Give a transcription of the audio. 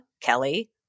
Kelly